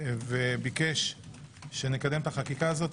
וביקש שנקדם את החקיקה הזאת.